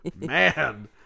Man